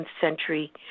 century